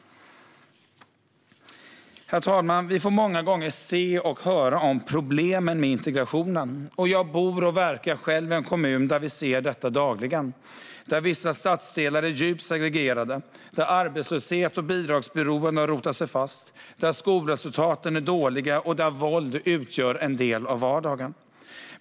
Herr talman! Vi får många gånger se och höra om problemen med integrationen, och jag bor och verkar själv i en kommun där vi ser detta dagligen. Vissa stadsdelar är djupt segregerade. Arbetslöshet och bidragsberoende har rotat sig fast, skolresultaten är dåliga och våld utgör en del av vardagen.